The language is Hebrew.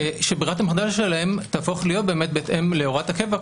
שברירת המחדל שלהם תהפוך להיות בהתאם להוראת הקבע,